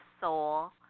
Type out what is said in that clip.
soul